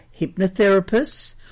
hypnotherapists